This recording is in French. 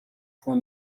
fois